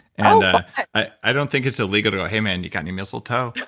and i i don't think it's illegal to, hey, man, you got any mistletoe?